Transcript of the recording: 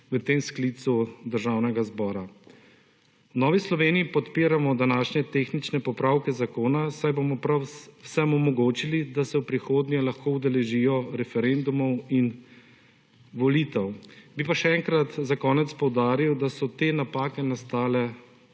13.25 (Nadaljevanje) zbora. V Novi Sloveniji podpiramo današnje tehnične popravke zakona, saj bomo prav vsem omogočili, da se v prihodnje lahko udeležijo referendumov in volitev. Bi pa še enkrat zakonec poudaril, da so te napake nastale